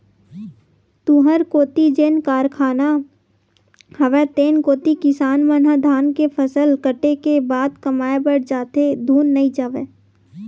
तुँहर कोती जेन कारखाना हवय तेन कोती किसान मन ह धान के फसल कटे के बाद कमाए बर जाथे धुन नइ जावय?